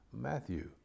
Matthew